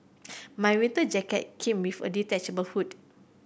my winter jacket came with a detachable hood